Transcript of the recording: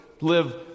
live